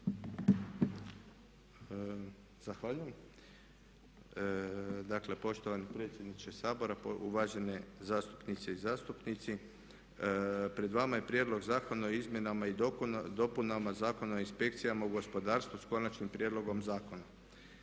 Zahvaljujem. Dakle. Poštovani predsjedniče Sabora, uvažene zastupnice i zastupnici. Pred vama je prijedlog Zakona o izmjenama i dopunama zakona o inspekcijama u gospodarstvu s Konačnim prijedlogom zakona.